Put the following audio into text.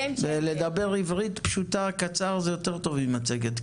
לדבר עברית פשוטה, קצר, זה יותר טוב ממצגת.